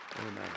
Amen